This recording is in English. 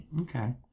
Okay